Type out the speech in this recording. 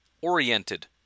Oriented